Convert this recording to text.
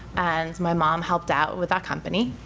and my mom helped out with that company.